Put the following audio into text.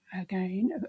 again